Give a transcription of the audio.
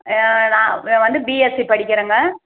ஆ நான் நான் வந்து பிஎஸ்சி படிக்கிறங்க